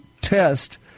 test